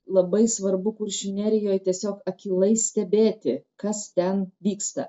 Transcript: labai svarbu kuršių nerijoj tiesiog akylai stebėti kas ten vyksta